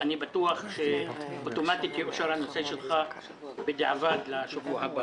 אני בטוח שאוטומטית יאושר הנושא שלך לשבוע הבא